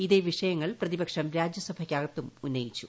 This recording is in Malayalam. ഇതേ വിഷയങ്ങൾ പ്രതിപക്ഷം രാജ്യസഭയ്ക്കകത്തും ഉന്നയിച്ചു